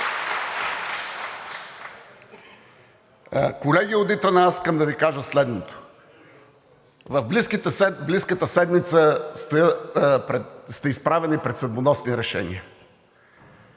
Колеги от ИТН, аз искам да Ви кажа следното: в близката седмица сте изправени пред съдбоносни решения.